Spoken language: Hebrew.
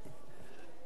הצעת החוק,